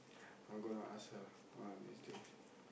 I'm gonna ask her one of these days